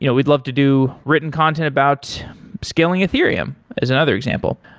you know we'd love to do written content about scaling ethereum as another example.